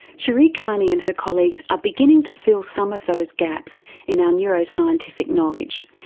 sheree cairney and her colleagues are beginning to fill some of those gaps in our neuroscientific knowledge,